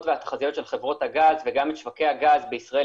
והתחזיות של חברות הגז וגם את שווקי הגז בישראל,